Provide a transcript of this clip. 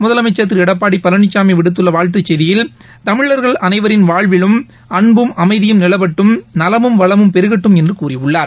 முதலமைச்சா் திருளடப்பாடிபழனிசாமிவிடுத்துள்ளவாழ்த்துச் செய்தியில் தமிழர்கள் அனைவரின் வாழ்விலும் அன்பும் அமைதியும் நிலவட்டும் நலமும் வளமும் பெருகட்டும் என்றுகூறியுள்ளார்